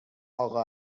اقا